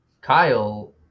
Kyle